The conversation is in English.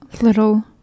Little